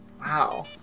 Wow